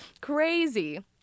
crazy